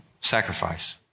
Sacrifice